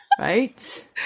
Right